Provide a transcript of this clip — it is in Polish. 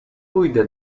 pójdę